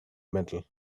metal